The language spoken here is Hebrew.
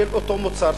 של אותו מוצר,